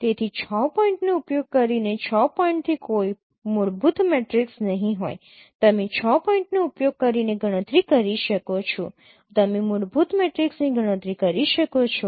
તેથી 6 પોઇન્ટનો ઉપયોગ કરીને 6 પોઇન્ટથી કોઈ મૂળભૂત મેટ્રિક્સ નહીં હોય તમે 6 પોઇન્ટનો ઉપયોગ કરીને ગણતરી કરી શકો છો તમે મૂળભૂત મેટ્રિક્સની ગણતરી કરી શકો છો